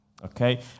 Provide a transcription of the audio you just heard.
Okay